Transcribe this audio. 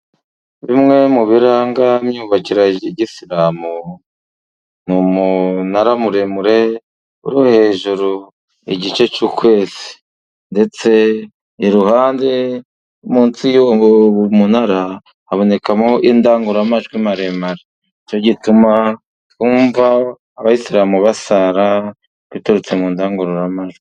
Bimwe mu biranga imyubakire ya Gisiramu, ni umunara muremure wo hejuru, igice cy'ukwezi, ndetse iruhande munsi y'uwo munara, habonekamo indangururamajwi maremare. Nicyo gituma twumva abayisilamu basara biturutse mu ndangururamajwi.